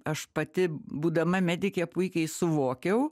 aš pati būdama medikė puikiai suvokiau